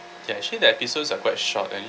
ya actually the episodes are quite short and